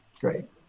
Great